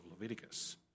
Leviticus